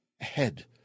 Ahead